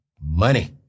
money